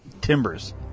Timbers